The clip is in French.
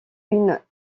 une